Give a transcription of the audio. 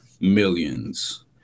millions